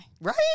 Right